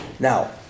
Now